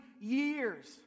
years